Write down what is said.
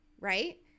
right